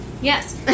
Yes